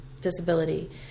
disability